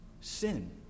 sin